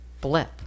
blip